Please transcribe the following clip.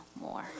more